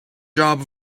job